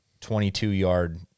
22-yard